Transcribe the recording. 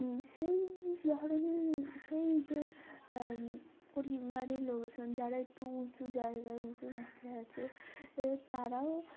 সেই ধরনের সেই যে পরিবারের লোকজন যারা একটু উঁচু জায়গায় উঁচু মাত্রায় আছে তারাও